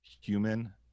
human